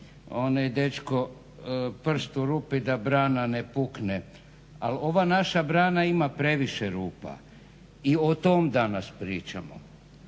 onaj dečko prst u rupi da brana ne pukne. Ali ova naša brana ima previše rupa i o tom danas pričamo.